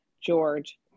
George